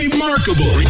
Remarkable